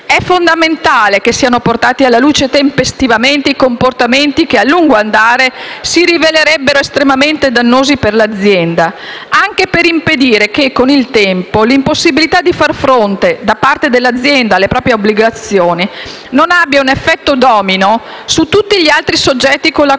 È fondamentale che siano portati alla luce tempestivamente comportamenti che, a lungo andare, si rivelerebbero estremamente dannosi per l'azienda, anche per impedire che - con il tempo - l'impossibilità di far fronte, da parte dell'azienda, alle proprie obbligazioni, abbia un effetto domino su tutti gli altri soggetti con i quali